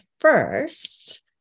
first